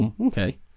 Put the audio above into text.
okay